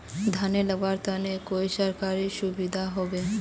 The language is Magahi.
धानेर लगवार तने कोई सरकारी सुविधा होबे?